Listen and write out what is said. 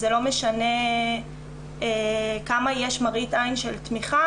זה לא משנה כמה יש מראית עין של תמיכה,